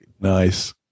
Nice